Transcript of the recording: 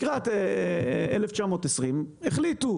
בפערים של מאות אחוזים מאיתנו,